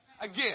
Again